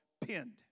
pinned